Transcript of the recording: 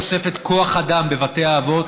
הבטיח תוספת כוח אדם בבתי האבות,